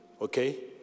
Okay